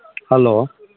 hello